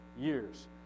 years